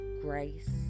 grace